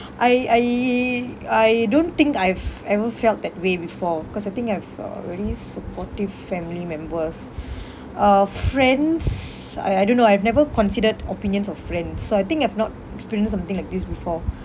I I I don't think I've ever felt that way before cause I think I've uh really supportive family members uh friends I I don't know I've never considered opinions of friends so I think I've not experienced something like this before